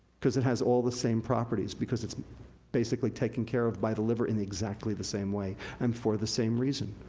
cause it has all the same properties. because it's basically taken care of by the liver in exactly the same way, and for the same reason.